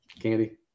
candy